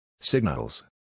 Signals